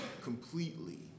completely